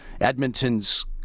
Edmonton's